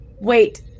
Wait